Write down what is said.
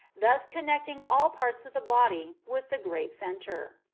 thus connecting all parts of the body with the great centre.